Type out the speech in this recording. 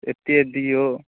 एतेक दिऔ